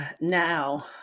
now